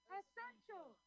essential